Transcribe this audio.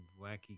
wacky